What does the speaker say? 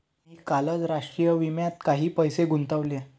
मी कालच राष्ट्रीय विम्यात काही पैसे गुंतवले